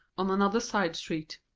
on another side street.